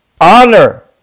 Honor